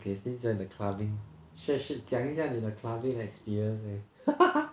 okay since we're in the clubbing share share 讲一下你的 clubbing 的 experience leh